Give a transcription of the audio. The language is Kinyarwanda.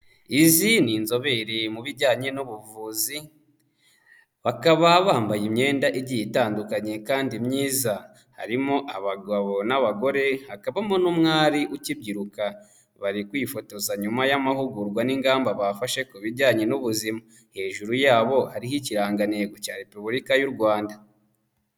Izi ni inzobere mu bijyanye n'ubuvuzi, bakaba bambaye imyenda igiye itandukanye kandi myiza, harimo abagabo n'abagore hakabamo n'umwari ukibyiruka, bari kwifotoza nyuma y'amahugurwa n'ingamba bafashe ku bijyanye n'ubuzima, hejuru yabo hariho ikirangantego cya Repubulika y'u Rwanda.